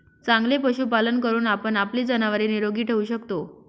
चांगले पशुपालन करून आपण आपली जनावरे निरोगी ठेवू शकतो